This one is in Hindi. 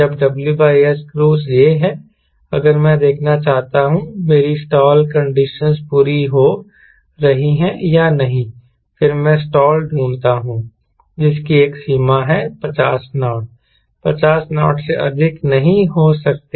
जब WS क्रूज यह है अगर मैं देखना चाहता हूं मेरी स्टाल कंडीशनस पूरी हो रही हैं या नहीं फिर मैं स्टाल ढूंढता हूं जिसकी एक सीमा है 50 नॉट 50 नॉट से अधिक नहीं हो सकते